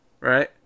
Right